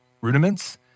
rudiments